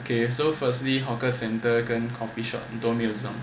okay so firstly hawker centre 跟 coffeeshop 很多没有